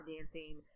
dancing